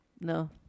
No